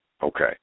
Okay